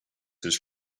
his